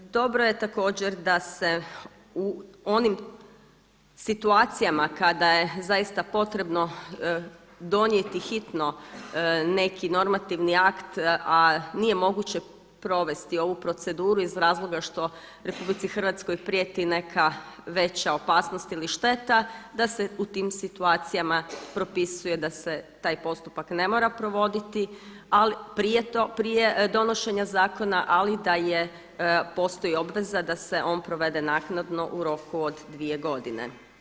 Dobro je također da se u onim situacijama kada je zaista potrebno donijeti hitno neki normativni akt a nije moguće provesti ovu proceduru iz razloga što RH prijeti neka veća opasnost ili šteta da se u tim situacijama propisuje da se taj postupak ne mora provoditi prije donošenja zakona ali da je, postoji obveza da se on provede naknadno u roku od 2 godine.